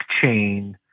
blockchain